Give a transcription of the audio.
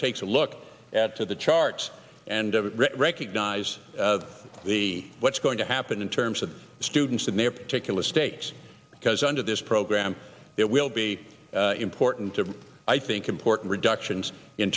takes a look at the charts and recognize the what's going to happen in terms of students in their particular states because under this program there will be important to i think important reductions in